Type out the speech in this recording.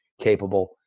capable